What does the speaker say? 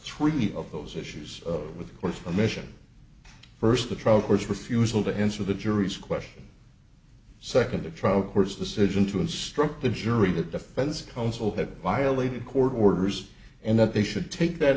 treat of those issues with the course of the mission first the trial court's refusal to answer the jury's question second the trial court's decision to instruct the jury that defense counsel had violated court orders and that they should take that